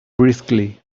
briskly